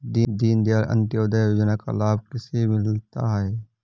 दीनदयाल अंत्योदय योजना का लाभ किसे मिलता है?